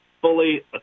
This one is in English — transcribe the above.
fully